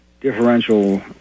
differential